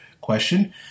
question